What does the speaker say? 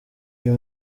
uyu